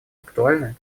актуальны